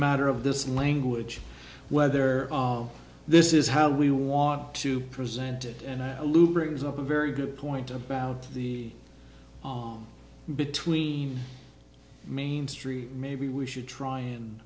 matter of this language whether this is how we want to present it and i allude brings up a very good point about the on between mainstream maybe we should try and